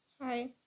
Hi